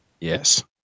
Yes